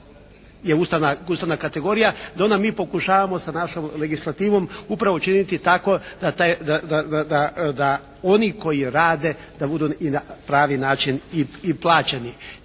je Ustavna kategorija, da onda mi pokušavamo sa našom legislativom upravo činiti tako da oni koji rade budu i na pravi način i plaćeni.